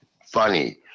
funny